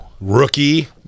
Rookie